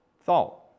thought